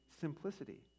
simplicity